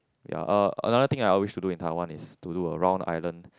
ya uh another thing I wish to do in Taiwan is to do a round island